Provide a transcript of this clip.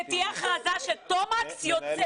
שתהיה הכרזה שתומקס יוצאת.